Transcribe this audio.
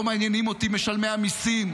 לא מעניינים אותי משלמי המיסים,